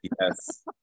Yes